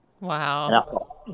wow